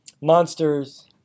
monsters